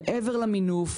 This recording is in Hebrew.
מעבר למינוף,